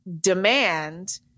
demand